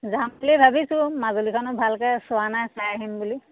যাম বুলিয়ে ভাবিছোঁ মাজুলীখনো ভালকৈ চোৱা নাই চাই আহিম বুলি